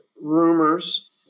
rumors